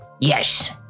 Yes